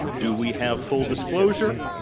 do we have full disclosure?